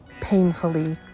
painfully